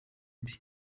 mbi